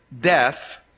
death